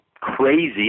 crazy